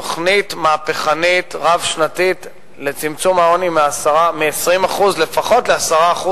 תוכנית מהפכנית רב-שנתית לצמצום העוני מ-20% לפחות ל-10%,